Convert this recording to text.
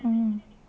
mm